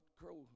crow